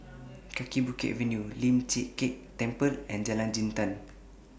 Kaki Bukit Avenue Lian Chee Kek Temple and Jalan Jintan